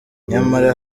nyamara